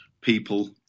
people